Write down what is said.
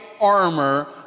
armor